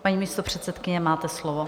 Paní místopředsedkyně, máte slovo.